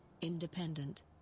independent